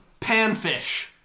Panfish